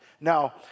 Now